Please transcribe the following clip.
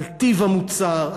של טיב המוצר,